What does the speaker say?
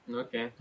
okay